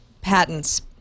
patents